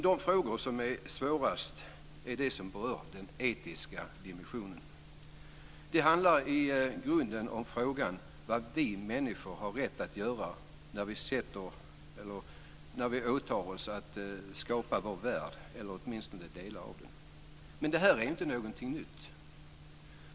De frågor som är svårast är de som berör den etiska dimensionen. Det handlar i grunden om frågan om vad vi människor har rätt att göra när vi åtar oss att skapa vår värld eller åtminstone delar av den. Men det här är inte någonting nytt.